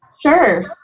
Sure